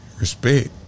respect